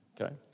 okay